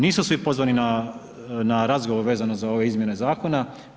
Nisu svi pozvani na razgovor vezano za ove izmjene zakona.